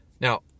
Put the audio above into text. Now